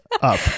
up